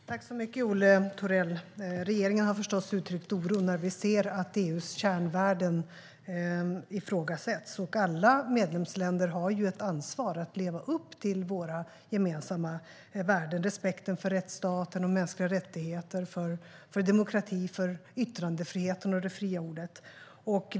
Herr talman! Tack för frågan, Olle Thorell! Regeringen har förstås uttryckt oro när vi ser att EU:s kärnvärden ifrågasätts. Alla medlemsländer har ju ett ansvar att leva upp till våra gemensamma värden - respekten för rättsstaten, för mänskliga rättigheter, för demokrati och för yttrandefriheten och det fria ordet.